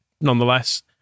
nonetheless